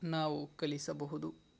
ನಾವು ಕಲಿಸಬಹುದು